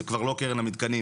זו כבר לא קרן המתקנים,